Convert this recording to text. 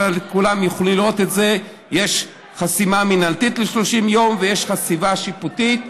כולם יוכלו לראות את זה: יש חסימה מינהלתית ל-30 יום ויש חסימה שיפוטית.